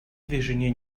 движения